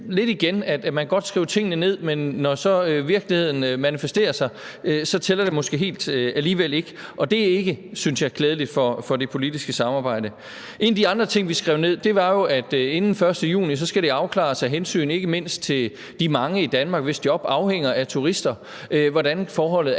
lidt igen – at man godt kan skrive tingene ned, men når så virkeligheden manifesterer sig, tæller det måske alligevel ikke helt. Og det er ikke klædeligt, synes jeg, for det politiske samarbejde. En af de andre ting, vi skrev ned, var jo, at inden den 1. juni skal det afklares – ikke mindst af hensyn de mange i Danmark, hvis job afhænger af turister – hvordan forholdet er